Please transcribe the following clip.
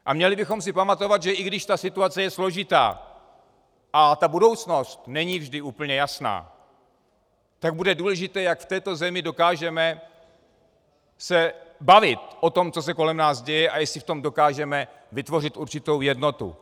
A měli bychom si pamatovat, že i když situace je složitá a budoucnost není vždy úplně jasná, tak bude důležité, jak se v této zemi dokážeme bavit o tom, co se kolem nás děje, a jestli v tom dokážeme vytvořit určitou jednotu.